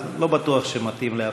אז לא בטוח שמתאים להפריע.